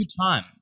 time